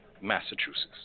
Massachusetts